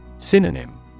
Synonym